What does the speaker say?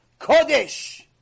Kodesh